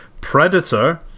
Predator